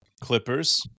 Clippers